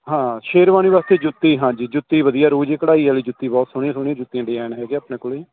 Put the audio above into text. ਹਾਂ ਸ਼ੇਰਵਾਲੀ ਵਾਸਤੇ ਜੁੱਤੀ ਹਾਂਜੀ ਜੁੱਤੀ ਵਧੀਆ ਰਹੁ ਜੀ ਕਢਾਈ ਵਾਲੀ ਜੁੱਤੀ ਬਹੁਤ ਸੋਹਣੀ ਸੋਹਣੀ ਜੁੱਤੀਆਂ ਡਿਜ਼ਾਇਨ ਹੈਗੇ ਆਪਣੇ ਕੋਲ ਜੀ